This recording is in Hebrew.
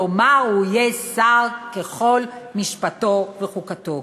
כלומר הוא יהיה שר ככל משפטו וחוקתו.